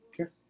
Okay